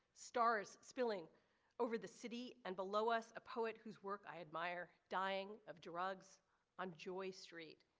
stars spilling over the city and below us a poet whose work i admire dying of drugs on joy street.